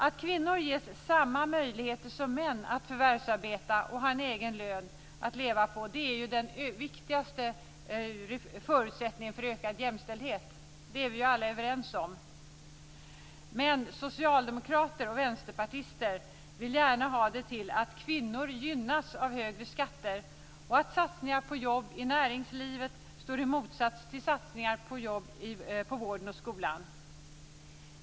Att kvinnor ges samma möjligheter som män att förvärvsarbeta och ha en egen lön att leva på är den viktigaste förutsättningen för ökad jämställdhet. Det är vi ju alla överens om. Men socialdemokrater och vänsterpartister vill gärna ha det till att kvinnor gynnas av högre skatter och att satsningar på jobb i näringslivet står i motsats till satsningar på vården och skolan.